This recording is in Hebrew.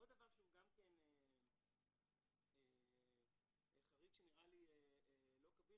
עוד דבר שהוא גם כן חריג שנראה לי לא קביל